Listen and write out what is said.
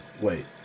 wait